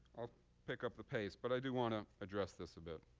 i'll pick up the pace, but i do want to address this a bit.